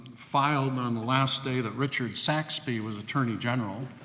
filed on the last day that richard saxby was attorney general,